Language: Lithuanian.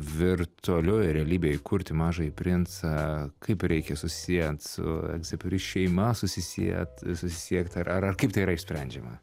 virtualioj realybėj kurti mažąjį princą kaip reikia susiejant su egziuperi šeima susisiet susisiekt ar ar ar kaip tai yra išsprendžiama